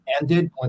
ended